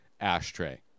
ashtray